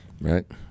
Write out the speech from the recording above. right